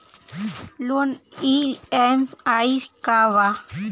Loan EMI का बा?